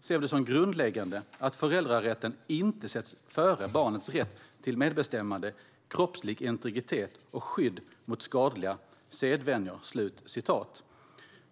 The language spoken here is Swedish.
ser vi det som grundläggande att föräldrarätten inte sätts före barnets rätt till medbestämmande, kroppslig integritet och skydd mot skadliga sedvänjor."